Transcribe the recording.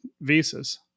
visas